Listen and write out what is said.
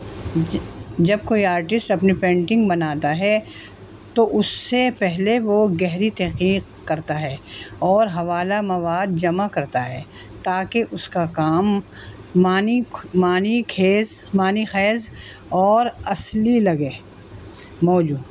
جب کوئی آرٹسٹ اپنی پینٹنگ بناتا ہے تو اس سے پہلے وہ گہری تحقیق کرتا ہے اور حوالہ مواد جمع کرتا ہے تاکہ اس کا کام معنی معنی خیز معنی خیز اور اصلی لگے موضوع